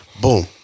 boom